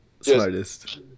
Smartest